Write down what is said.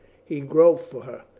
he groped for her,